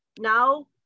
Now